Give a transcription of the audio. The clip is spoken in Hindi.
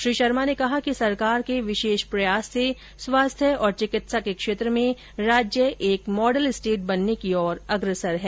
श्री शर्मा ने कहा कि सरकार के विशेष प्रयास से स्वास्थ्य एवं चिकित्सा के क्षेत्र में राज्य एक मॉडल स्टेट बनने की ओर अग्रसर है